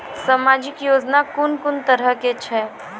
समाजिक योजना कून कून तरहक छै?